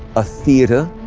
a theater,